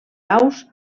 aus